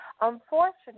Unfortunately